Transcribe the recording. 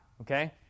Okay